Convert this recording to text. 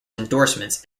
endorsements